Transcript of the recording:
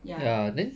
ya